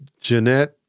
Jeanette